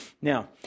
Now